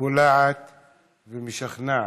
קולעת ומשכנעת.